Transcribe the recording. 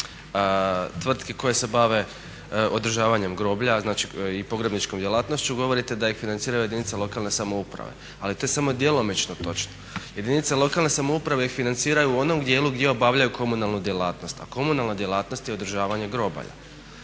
tvrtki koje se bave održavanjem groblja, znači i pogrebničkom djelatnošću govorite da ih financiraju jedinice lokalne samouprave. Ali to je samo djelomično točno. Jedinice lokalne samouprave ih financiraju u onom dijelu gdje obavljaju komunalnu djelatnost, a komunalna djelatnost je održavanje grobalja.